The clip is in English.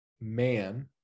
man